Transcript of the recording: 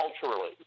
culturally